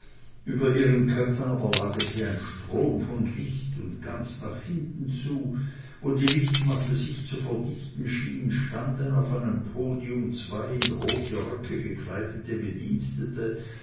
über ihren köpfen aber lag es wie ein strom von licht und ganz nach hinten zu wo die lichtmasse sich zu verdichten schien standen auf einem podium zwei in rote röcke gekleidete bedienstete